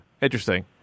Interesting